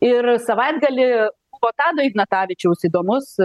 ir savaitgalį buvo tado ignatavičiaus įdomus